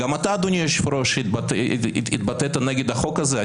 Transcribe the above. גם אתה, אדוני היושב-ראש, התבטאת נגד החוק הזה.